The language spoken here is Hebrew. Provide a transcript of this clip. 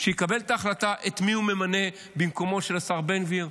שיקבל את ההחלטה את מי הוא ממנה במקומו של השר בן גביר,